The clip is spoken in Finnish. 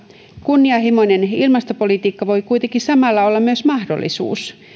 kunnianhimoinen ilmastopolitiikka voi kuitenkin samalla olla myös mahdollisuus